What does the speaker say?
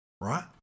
Right